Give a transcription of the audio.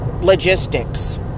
logistics